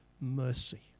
mercy